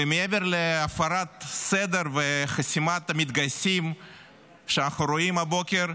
ומעבר להפרת הסדר וחסימת המתגייסים שאנחנו רואים הבוקר,